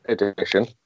edition